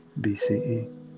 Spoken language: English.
BCE